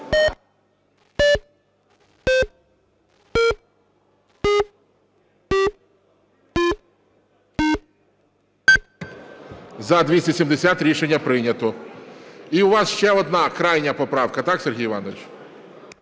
За-270 Рішення прийнято. І у вас ще одна, крайня поправка. Так, Сергій Іванович?